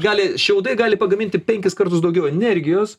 gali šiaudai gali pagaminti penkis kartus daugiau energijos